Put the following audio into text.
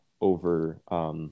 over